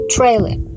Trailer